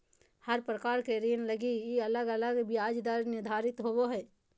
हर प्रकार के ऋण लगी अलग अलग ब्याज दर निर्धारित होवो हय